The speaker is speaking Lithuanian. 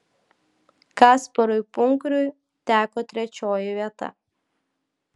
kasparui punkriui teko trečioji vieta